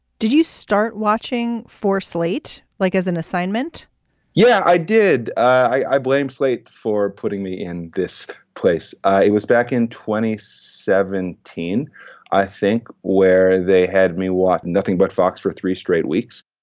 did you start watching for slate like as an assignment yeah i did i blame slate for putting me in this place. it was back in twenty seventeen i think where they had me walk nothing but fox for three straight weeks